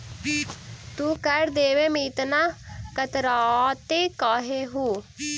तू कर देवे में इतना कतराते काहे हु